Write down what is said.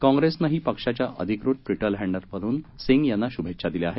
काँग्रेसनेही पक्षाच्या अधिकृत ट्विटर हँडलवरुन सिंग यांना शुभेच्छा दिल्या आहेत